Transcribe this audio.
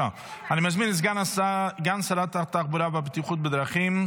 אני מזמין את סגן שרת התחבורה והבטיחות בדרכים,